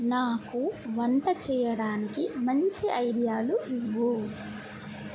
నాకు వంట చేయడానికి మంచి ఐడియాలు ఇవ్వు